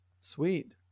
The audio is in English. Sweet